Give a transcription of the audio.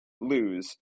lose